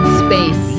space